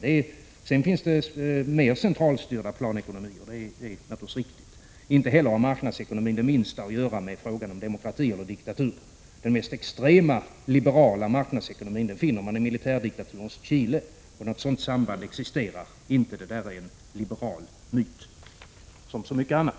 Det är däremot riktigt att det finns mera centralstyrda planekonomier. Marknadsekonomin har inte heller det minsta att göra med frågan om demokrati eller diktatur. Den mest extrema liberala marknadsekonomin finner man i militärdiktaturens Chile, så något sådant samband existerar inte. Det är en liberal myt, som så mycket annat.